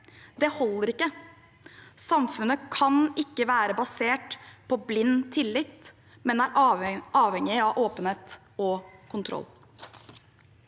Det holder ikke. Samfunnet kan ikke være basert på blind tillit, men er avhengig av åpenhet og kontroll.